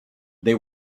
they